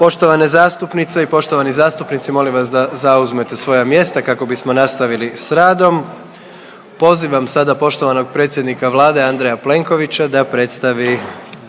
Poštovane zastupnice i poštovani zastupnici molim vas da zauzmete svoja mjesta kako bismo nastavili sa radom. Pozivam sada poštovanog predsjednika Vlade Andreja Plenkovića da predstavi